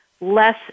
less